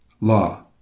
law